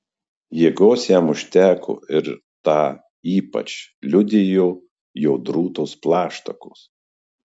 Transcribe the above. jėgos jam užteko ir tą ypač liudijo jo drūtos plaštakos